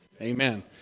Amen